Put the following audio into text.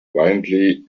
violently